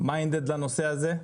מודעות לנושא הזה.